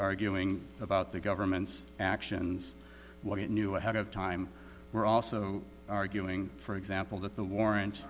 arguing about the government's actions what it knew ahead of time we're also arguing for example that the warrant